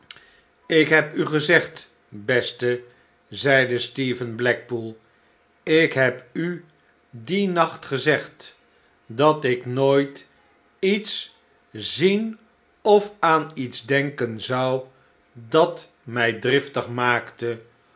ik heb u gezegd beste zeide stephen blackpool ik heb u dien nacht gezegd dat ik nooit iets zien of aan iets denken zou dat mij driftig maakte